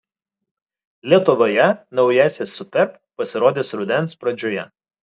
lietuvoje naujasis superb pasirodys rudens pradžioje